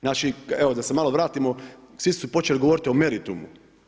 Znači, evo da se malo vratimo, svi su počeli govoriti o meritumu.